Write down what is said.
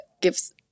gives